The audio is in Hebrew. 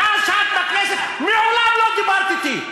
מאז את בכנסת מעולם לא דיברת אתי.